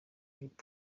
hip